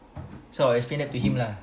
so I say that to him lah